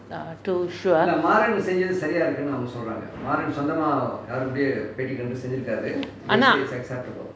err too sure ஆனா:aanaa